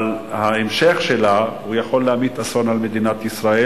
אבל ההמשך שלה יכול להמיט אסון על מדינת ישראל.